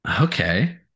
Okay